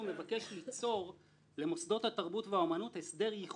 שמאפשרת שלילה משמעותית של התקציב או שלילה מוחלטת של תקציב אותו גוף